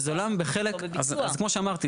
אז כמו שאמרתי,